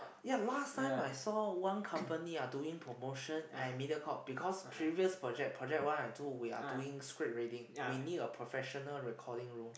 ya last time I saw one company ah doing promotion at MediaCorp because previous project project one and two we are doing script reading we need a professional recording room